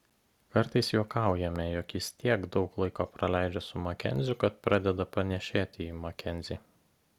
kartais juokaujame jog jis tiek daug laiko praleidžia su makenziu kad pradeda panėšėti į makenzį